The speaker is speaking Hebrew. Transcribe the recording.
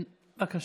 בבקשה.